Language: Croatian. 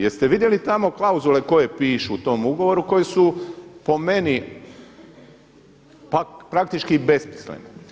Jeste li vidjeli tamo klauzule koje pišu u tom ugovoru koji su po meni praktički besmislene.